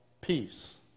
Peace